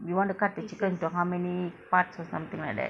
you want to cut the chicken into how many parts or something like that